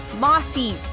mossies